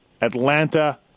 Atlanta